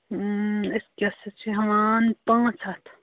اۭں أسۍ کیٛاہ سا چھِ ہیٚوان پانٛژھ ہَتھ